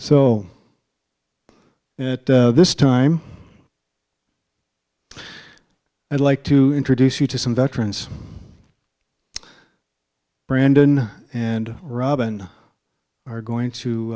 so this time i'd like to introduce you to some veterans brandon and robin are going to